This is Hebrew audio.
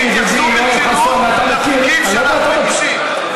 שיתייחסו ברצינות לחוקים שאנחנו מגישים.